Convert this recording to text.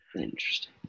Interesting